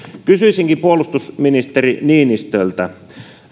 kysyisinkin puolustusministeri niinistöltä